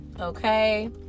okay